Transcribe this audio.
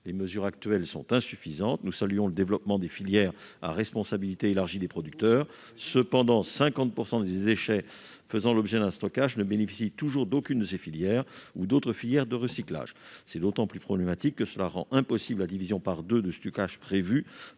Les mesures actuelles sont insuffisantes. Nous saluons le développement des filières à responsabilité élargie des producteurs. Cependant, 50 % des déchets faisant l'objet d'un stockage ne bénéficient toujours d'aucune de ces filières ou d'autres filières de recyclage. C'est d'autant plus problématique que cela rend impossible la division par deux du stockage prévu